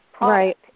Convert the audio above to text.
Right